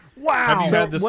Wow